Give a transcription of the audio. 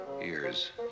ears